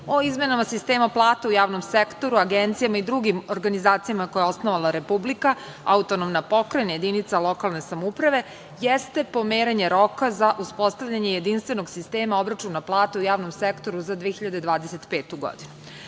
o izmenama sistema plata u javnom sektoru, agencijama i drugim organizacijama koje je osnovala Republika, autonomna pokrajina, jedinica lokalne samouprave, jeste pomeranje roka za uspostavljanje jedinstvenog sistema obračuna plata u javnom sektoru za 2025. godinu. Kako